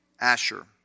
Asher